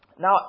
Now